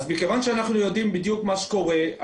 מכיוון שאנחנו יודעים בדיוק מה קורה,